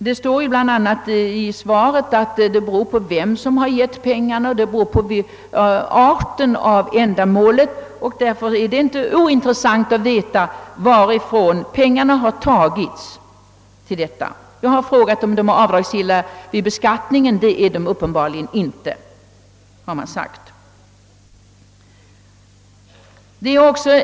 Det står bl.a. i interpellationssvaret att det »vid mottagande av gåvomedel kan vara av betydelse vem som är givare», Frågan om arten och ändamålet kommer alltså in i bilden. Jag har vidare frågat, om dessa peng ar är avdragsgilla vid beskattning. Det är de uppenbarligen inte, enligt vad som framgår av svaret.